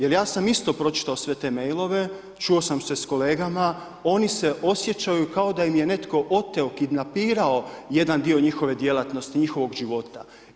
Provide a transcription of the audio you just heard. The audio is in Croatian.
Jer ja sam isto pročitao sve te mailove, čuo sam se sa kolegama, oni se osjećaju kao da im je netko oteo, kidnapirao jedan dio njihove djelatnosti, njihovog života.